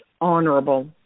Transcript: honorable